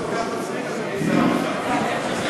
מה כל כך מצחיק,